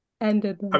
Ended